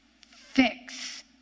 Fix